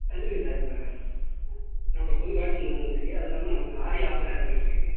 வந்துயிருக்கு சார் இப்போ நம்மள்கிட்ட புது கலெக்ஷன் வந்துயிருக்கு அது இல்லாமல் நம்மளுக்கு ஆடி ஆஃபர் வேறு போயிட்டுருக்கு